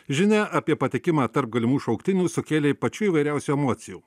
žinia apie patekimą tarp galimų šauktinių sukėlė pačių įvairiausių emocijų